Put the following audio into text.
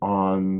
on